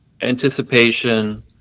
anticipation